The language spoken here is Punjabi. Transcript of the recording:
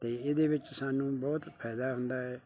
ਅਤੇ ਇਹਦੇ ਵਿੱਚ ਸਾਨੂੰ ਬਹੁਤ ਫਾਇਦਾ ਹੁੰਦਾ ਹੈ